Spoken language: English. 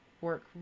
work